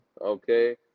Okay